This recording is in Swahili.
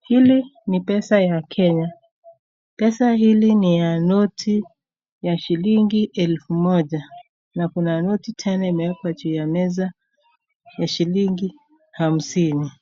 Hili ni pesa ya Kenya, pesa hili ni ya noti ya shilingi elfu moja na kuna noti tena imewekwa juu ya meza, ya shilingi hamsini